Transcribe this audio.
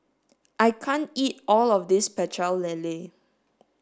I can't eat all of this Pecel Lele